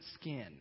skin